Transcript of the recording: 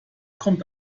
kommt